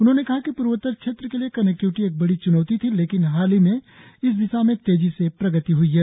उन्होंने कहा कि पूर्वोत्त्र क्षेत्र के लिए कनेक्टिविटी एक बड़ी च्नौती थी लेकिन हाल ही में इस दिशा में तेजी से प्रगति हुई है